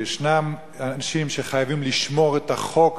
שישנם אנשים שחייבים לשמור את החוק,